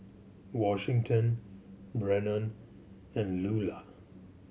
Washington Brennon and Luella